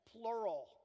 plural